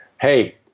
hey